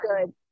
good